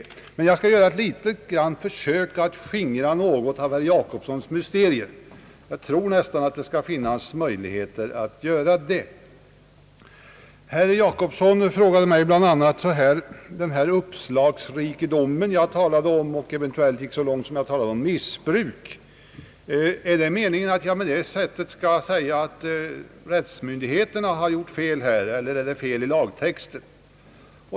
Jag skall ändå försöka skingra några av herr Jacobssons mysterier. Herr Jacobsson frågade mig, på tal om den uppslagsrikedom jag talade om och rent av det eventuella missbruket, om det var meningen att jag med det ville säga, att rättsmyndigheterna har gjort fel eller om det är fel i lagtexten.